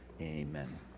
Amen